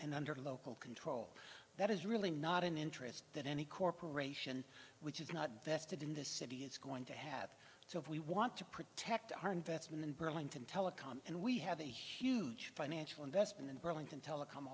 and under local control that is really not an interest that any corporation which is not vested in the city is going to have so if we want to protect our investment in burlington telecom and we have a huge financial investment in burlington telecom